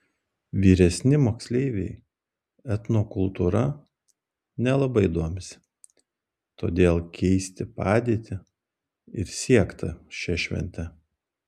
vyresni moksleiviai etnokultūra nelabai domisi todėl keisti padėtį ir siekta šia švente